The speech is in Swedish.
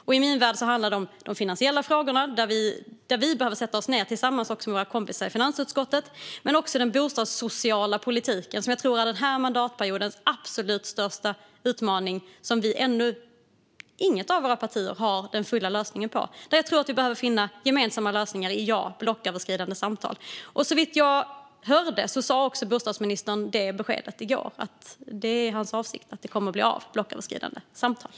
I min värld handlar det om de finansiella frågorna, där vi behöver sätta oss ned tillsammans med våra kompisar i finansutskottet, men också om den bostadssociala politiken, som jag tror är denna mandatperiods absolut största utmaning och som inget av våra partier ännu har den fulla lösningen på. Där tror jag att vi behöver finna gemensamma lösningar i - ja - blocköverskridande samtal. Såvitt jag hörde gav också bostadsministern besked i går om att hans avsikt är att blocköverskridande samtal ska bli av.